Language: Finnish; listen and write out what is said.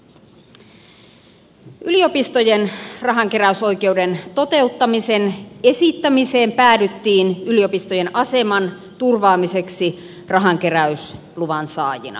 yliopistojen rahankeräysoikeuden toteuttamisen esittämiseen päädyttiin yliopistojen aseman turvaamiseksi rahankeräysluvan saajina